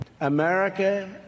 America